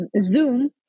Zoom